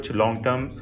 long-term